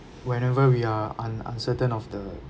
whenever we are un~ uncertain of the